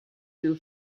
you